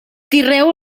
tireu